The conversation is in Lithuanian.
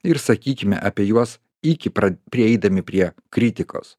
ir sakykime apie juos iki pra prieidami prie kritikos